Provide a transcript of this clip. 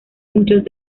muchos